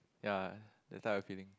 ya the time I feeling